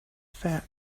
fat